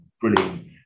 Brilliant